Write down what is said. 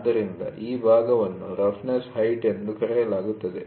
ಆದ್ದರಿಂದ ಈ ಭಾಗವನ್ನು ರಫ್ನೆಸ್ ಹೈಟ್ ಎಂದು ಕರೆಯಲಾಗುತ್ತದೆ